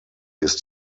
ist